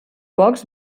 pocs